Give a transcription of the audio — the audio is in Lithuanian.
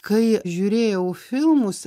kai žiūrėjau filmus